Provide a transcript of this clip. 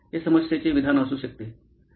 हे समस्येचे विधान असू शकते